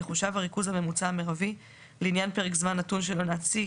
יחושב הריכוז הממוצע המרבי לעניין פרק זמן נתון של עונת שירא,